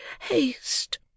haste